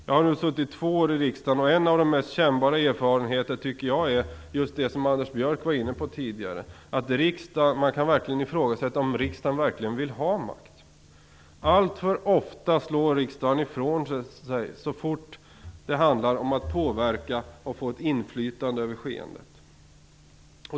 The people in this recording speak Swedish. Jag har nu suttit i riksdagen i två år, och en av de mest kännbara erfarenheterna tycker jag är just det som Anders Björck var inne på tidigare: att man kan ifrågasätta om riksdagen verkligen vill ha makt. Alltför ofta slår riksdagen ifrån sig så fort det handlar om att påverka och få inflytande över skeendet.